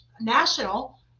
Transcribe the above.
national